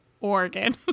Oregon